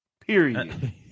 Period